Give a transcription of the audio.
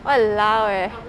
!walao! eh